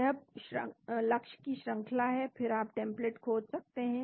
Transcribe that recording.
यह लक्ष्य की श्रंखला है फिर आप टेम्पलेट खोज सकते हैं